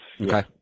Okay